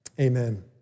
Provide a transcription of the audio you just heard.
amen